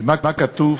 ומה כתוב?